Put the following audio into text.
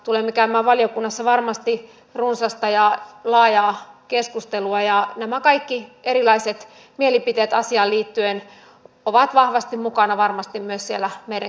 tulemme käymään valiokunnassa varmasti runsasta ja laajaa keskustelua ja nämä kaikki erilaiset mielipiteet asiaan liittyen ovat vahvasti mukana varmasti myös siellä meidän keskustelussamme